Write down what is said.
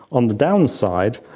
on the downside,